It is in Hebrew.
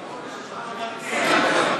טיבי.